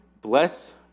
bless